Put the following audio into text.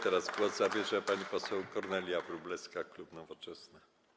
Teraz głos zabierze pani poseł Kornelia Wróblewska, klub Nowoczesna.